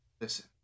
Listen